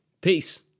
Peace